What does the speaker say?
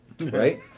right